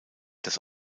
das